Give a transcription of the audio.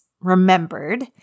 remembered